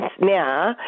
now